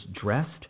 dressed